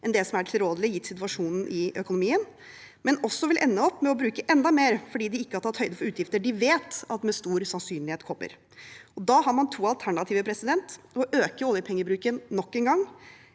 enn det som er tilrådelig gitt situasjonen i økonomien, men også vil ende med å bruke enda mer fordi de ikke har tatt høyde for utgifter de vet med stor sannsynlighet kommer. Da har man to alternativer: å øke oljepengebruken nok en gang